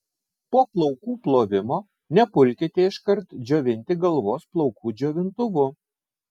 po plaukų plovimo nepulkite iškart džiovinti galvos plaukų džiovintuvu